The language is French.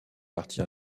partie